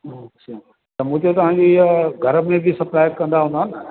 अच्छा त मूं चयो तव्हां जी इहा घर में बि सप्लाइ कंदा हूंदा न